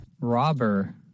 robber